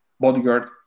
bodyguard